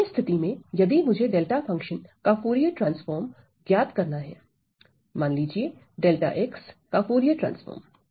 विशेष स्थिति में यदि मुझे डेल्टा फंक्शन का फूरिये ट्रांसफार्म ज्ञात करना है मान लीजिए डेल्टा x का फूरिये ट्रांसफार्म